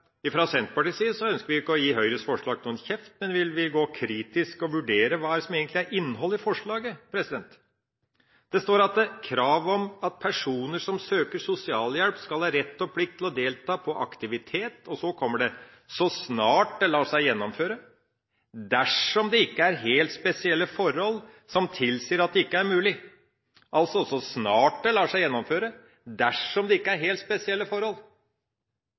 Fra Senterpartiets side ønsker vi ikke å gi Høyres forslag «kjeft», men vi vil kritisk vurdere hva som egentlig er innholdet i forslaget. Det stilles krav om at «personer som søker om sosialhjelp, skal ha rett og plikt til å delta på aktivitet så snart det lar seg gjennomføre dersom det ikke er helt spesielle forhold som tilsier at dette ikke er mulig». Altså: så snart det lar seg gjennomføre, og dersom det ikke er helt spesielle forhold.